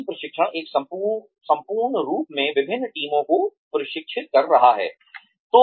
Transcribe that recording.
team प्रशिक्षण एक सम्पूर्ण रूप में विभिन्न टीमों को प्रशिक्षित कर रहा है